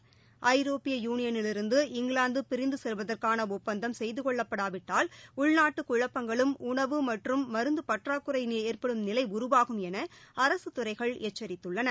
செய்து ஐரோப்பிய யுளியனிலிருந்து இங்கிலாந்து பிரிந்து செல்வதற்கான ஒப்பந்தம் கொள்ளப்படாவிட்டால் உள்நாட்டு குழப்பங்களும் உணவு மற்றும் மருந்து பற்றாக்குறை ஏற்படும் நிலை உருவாகும் என அரசுத் துறைகள் எச்சரித்துள்ளன